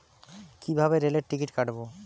কিভাবে রেলের টিকিট কাটব?